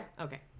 Okay